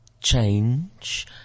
change